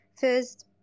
first